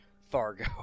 Fargo